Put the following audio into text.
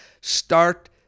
Start